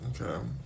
Okay